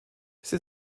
sie